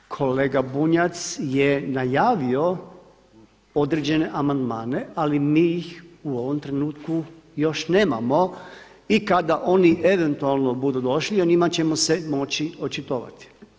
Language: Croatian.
Kolega Bunjac je najavio određene amandmane ali mi ih u ovom trenutku još nemamo i kada oni eventualno budu došli o njima ćemo se moći očitovati.